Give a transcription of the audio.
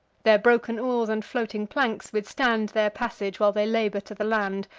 their broken oars and floating planks withstand their passage, while they labor to the land,